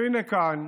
והינה, כאן